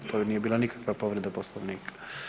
To nije bila nikakva povreda Poslovnika.